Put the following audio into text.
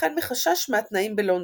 וכן מחשש מהתנאים בלונדון,